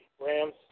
Rams